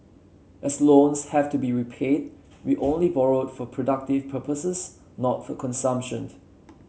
as loans have to be repaid we only borrowed for productive purposes not for consumption